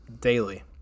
Daily